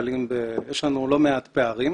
יש לנו לא מעט פערים.